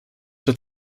wird